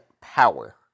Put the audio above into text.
power